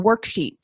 worksheet